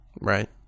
right